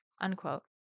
Unquote